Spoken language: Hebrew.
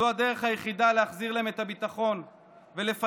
זו הדרך היחידה לתת להם ביטחון ולפנות